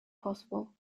possible